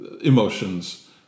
emotions